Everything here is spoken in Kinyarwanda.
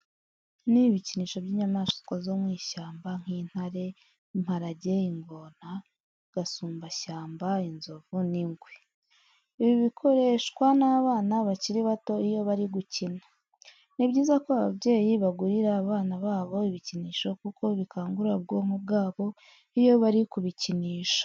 Ni ibikinisho by'inyamaswa zo mu ishyamba nk'intare, imparage, ingona, gasumbashyamba inzovu n'ingwe. Ibi bikoreshwa n'abana bakiri bato iyo bari gukina. Ni byiza ko ababyeyi bagurira abana babo ibikinisho kuko bikangura ubwonko bwabo iyo bari kubikinisha.